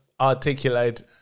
articulate